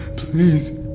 please.